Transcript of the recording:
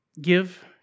give